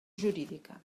jurídica